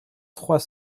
trois